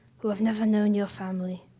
who have never known your family,